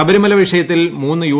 ശബ്രീമല് വിഷയത്തിൽ മൂന്ന് യു